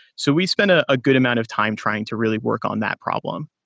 so we spent a ah good amount of time trying to really work on that problem.